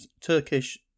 Turkish